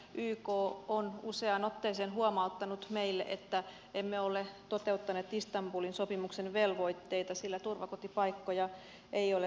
yk on useaan otteeseen huo mauttanut meille että emme ole toteuttaneet istanbulin sopimuksen velvoitteita sillä turvakotipaikkoja ei ole riittävästi